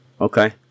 Okay